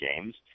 games